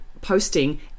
posting